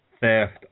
Theft